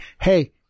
Hey